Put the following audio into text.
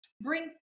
brings